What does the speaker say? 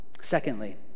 Secondly